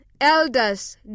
elders